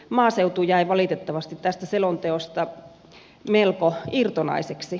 maaseutu jäi valitettavasti tästä selonteosta melko irtonaiseksi